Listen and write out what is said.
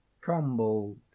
crumbled